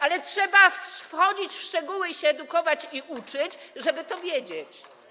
Ale tu trzeba wchodzić w szczegóły i się edukować, uczyć, żeby to wiedzieć.